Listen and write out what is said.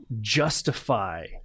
justify